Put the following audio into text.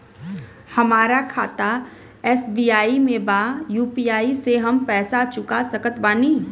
हमारा खाता एस.बी.आई में बा यू.पी.आई से हम पैसा चुका सकत बानी?